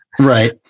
right